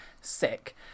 sick